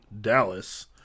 Dallas